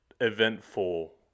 eventful